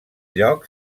lloc